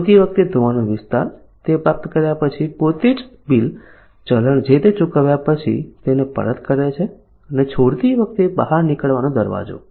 ધોતી વખતે ધોવાનો વિસ્તાર તે પ્રાપ્ત કર્યા પછી પોતે જ બિલ ચલણ જે તે ચૂકવ્યા પછી તેને પરત કરે છે અને છોડતી વખતે બહાર નીકળવાનો દરવાજો